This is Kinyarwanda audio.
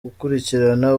gukurikirana